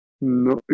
No